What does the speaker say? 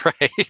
right